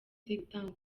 gutanga